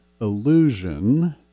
illusion